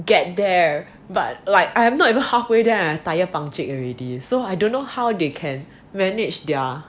get there but like I'm not even halfway and my tyre puncture already so I don't know how they can manage their